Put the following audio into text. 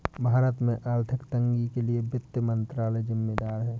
भारत में आर्थिक तंगी के लिए वित्त मंत्रालय ज़िम्मेदार है